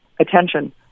Attention